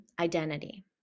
identity